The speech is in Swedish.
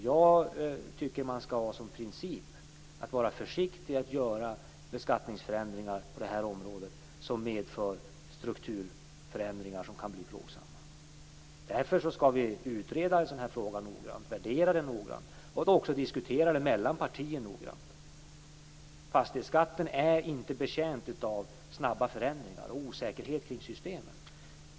Jag tycker att man skall ha som princip att vara försiktig med att göra beskattningsförändringar på det här området som medför strukturförändringar som kan bli plågsamma. Därför skall frågan utredas och värderas noggrant. Vi skall också diskutera den grundligt mellan partierna. Fastighetsskatten är inte betjänt av snabba förändringar och osäkerhet kring systemet.